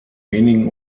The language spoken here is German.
wenigen